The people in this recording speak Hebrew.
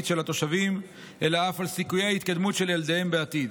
של התושבים אלא אף על סיכויי ההתקדמות של ילדיהם בעתיד.